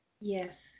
Yes